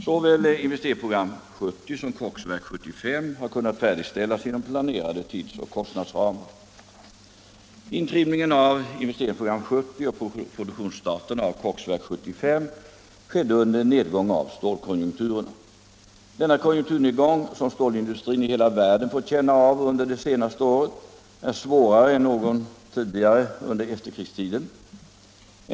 Såväl IP 70 som Koksverk 75 har kunnat färdigställas inom planerade tidsoch kostnadsramar. Intrimningen av IP 70 och produktionsstarten av Koksverk 75 skedde under en nedgång av stålkonjunkturerna. Denna konjunkturnedgång, som stålindustrin i hela världen fått känna av under det senaste året, är svårare än någon tidigare under efterkrigstiden.